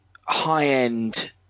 high-end